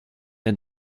est